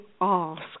ask